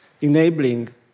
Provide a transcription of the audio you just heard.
enabling